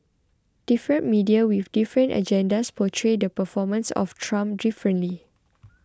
different media with different agendas portray the performance of Trump differently